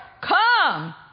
come